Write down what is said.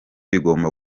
bigomba